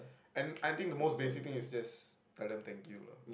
and I think the most basic thing is to just tell them thank you lah